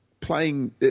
playing –